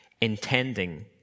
intending